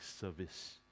service